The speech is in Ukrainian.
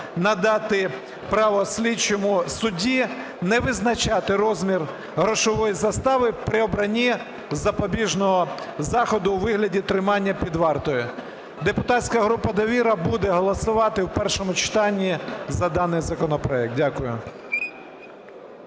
надати право слідчому судді не визначати розмір грошової застави при обранні запобіжного заходу у вигляді тримання під вартою. Депутатська група "Довіра" буде голосувати у першому читанні за даний законопроект. Дякую.